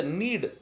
need